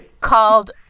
Called